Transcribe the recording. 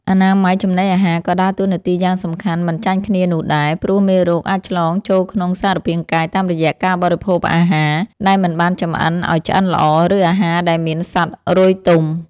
អនាម័យចំណីអាហារក៏ដើរតួនាទីយ៉ាងសំខាន់មិនចាញ់គ្នានោះដែរ ព្រោះមេរោគអាចឆ្លងចូលក្នុងសារពាង្គកាយតាមរយៈការបរិភោគអាហារដែលមិនបានចម្អិនឱ្យឆ្អិនល្អ ឬអាហារដែលមានសត្វរុយទុំ។